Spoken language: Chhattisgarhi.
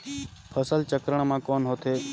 फसल चक्रण मा कौन होथे?